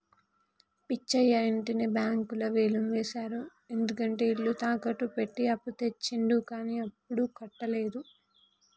పిచ్చయ్య ఇంటిని బ్యాంకులు వేలం వేశారు ఎందుకంటే ఇల్లు తాకట్టు పెట్టి అప్పు తెచ్చిండు కానీ అప్పుడు కట్టలేదు